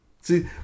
See